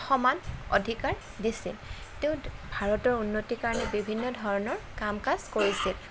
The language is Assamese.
সমান অধিকাৰ দিছিল তেওঁ ভাৰতৰ উন্নতি কাৰণে বিভিন্ন ধৰণৰ কাম কাজ কৰিছিল